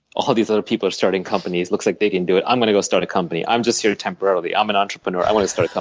all these other people are starting companies. it looks like they can do it i'm going to go start a company. i'm just here temporarily. i'm an entrepreneur. i want to start a